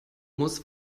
muss